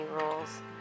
rules